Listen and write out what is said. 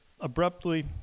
abruptly